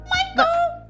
Michael